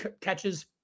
catches